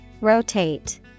Rotate